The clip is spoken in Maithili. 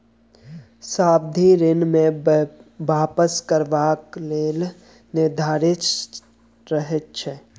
सावधि ऋण मे वापस करबाक समय निर्धारित रहैत छै